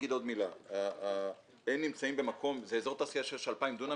אגיד עוד מילה: הם נמצאים במקום זה אזור תעשייה שיש בו 2,000 דונם,